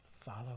Follow